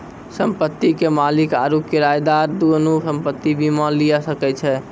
संपत्ति के मालिक आरु किरायादार दुनू संपत्ति बीमा लिये सकै छै